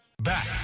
Back